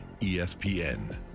ESPN